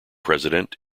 president